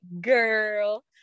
girl